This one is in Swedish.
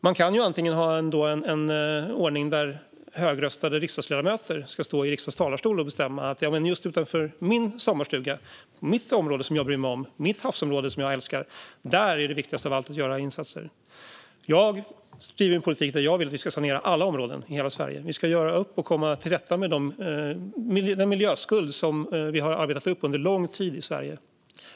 Man kan ha en ordning där högröstade riksdagsledamöter ska stå i riksdagens talarstol och bestämma att "utanför just min sommarstuga, mitt område som jag bryr mig om, mitt havsområde som jag älskar, där är det viktigast av allt att göra insatser". Jag driver dock en politik där jag vill att vi ska sanera alla områden i hela Sverige. Vi ska göra upp och komma till rätta med den miljöskuld som vi har arbetat upp under lång tid i Sverige.